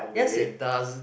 yes it does